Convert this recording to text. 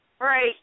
right